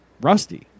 Rusty